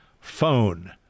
phone